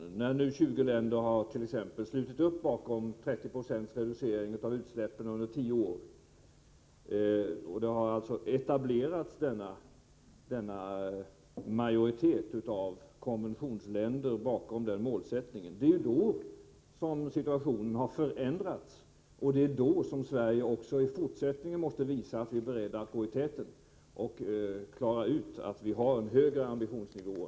Exempelvis har 20 länder förbundit sig att reducera svavelutsläppen med 30 96 under tio år. En majoritet av konventionsländerna har slutit upp bakom denna målsättning. I och med detta har situationen förändrats, och vi måste från svensk sida också i fortsättningen visa att vi är beredda att gå i täten, och klara ut att vi har en högre ambitionsnivå.